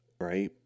Right